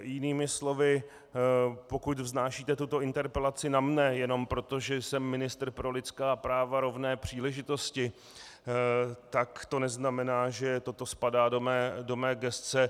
Jinými slovy, pokud vznášíte tuto interpelaci na mne jenom proto, že jsem ministr pro lidská práva, rovné příležitosti, tak to neznamená, že toto spadá do mé gesce.